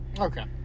okay